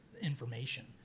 information